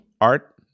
art